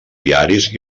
diaris